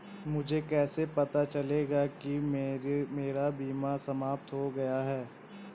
मुझे कैसे पता चलेगा कि मेरा बीमा समाप्त हो गया है?